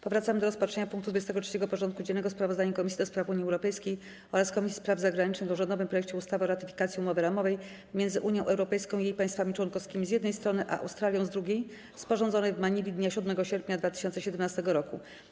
Powracamy do rozpatrzenia punktu 23. porządku dziennego: Sprawozdanie Komisji do Spraw Unii Europejskiej oraz Komisji Spraw Zagranicznych o rządowym projekcie ustawy o ratyfikacji Umowy ramowej między Unią Europejską i jej państwami członkowskimi, z jednej strony, a Australią, z drugiej, sporządzonej w Manili dnia 7 sierpnia 2017 r.